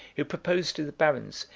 who proposed to the barons,